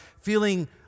feeling